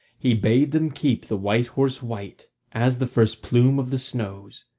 he bade them keep the white horse white as the first plume of the snows.